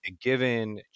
given